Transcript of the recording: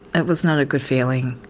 it was not a good feeling,